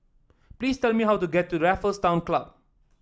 please tell me how to get to Raffles Town Club